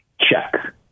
check